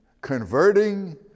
converting